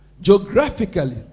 Geographically